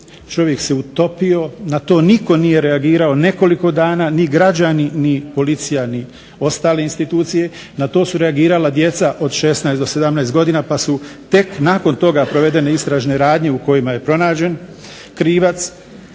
čovjek se utopio. Na to nitko nije reagirao nekoliko dana, ni građani, ni policija, ni ostale institucije. Na to su reagirala djeca od 16 do 17 godina, pa su tek nakon toga provedene istražne radnje u kojima je pronađen krivac.